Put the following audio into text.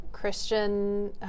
Christian